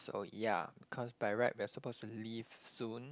so ya cause by right we are suppose to leave soon